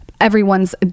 everyone's